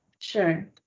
Sure